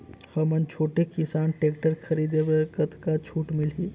हमन छोटे किसान टेक्टर खरीदे बर कतका छूट मिलही?